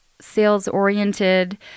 sales-oriented